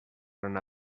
anar